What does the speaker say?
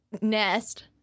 nest